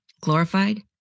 glorified